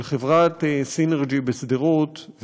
של חברת סינרג'י בשדרות,